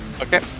Okay